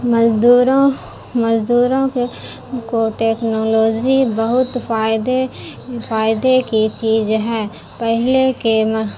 مزدوروں مزدوروں کے کو ٹیکنالوزی بہت فائدے فائدے کی چیز ہے پہلے کے